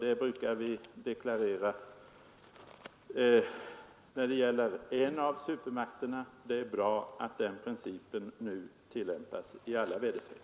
Det brukar vi deklarera när det gäller en av supermakterna — det är bra att den principen nu tillämpas i alla väderstreck.